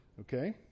Okay